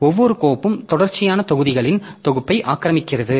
ஒவ்வொரு கோப்பும் தொடர்ச்சியான தொகுதிகளின் தொகுப்பை ஆக்கிரமிக்கிறது